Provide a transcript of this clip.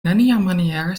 neniamaniere